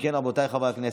אם כן, רבותיי חברי הכנסת,